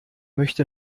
möchte